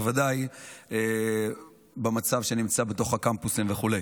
בוודאי במצב שנמצא בתוך הקמפוסים וכו'.